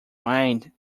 mind